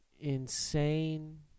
insane